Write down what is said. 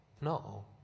No